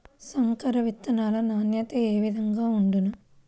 సంకర విత్తనాల నాణ్యత ఏ విధముగా ఉండును?